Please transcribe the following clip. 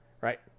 Right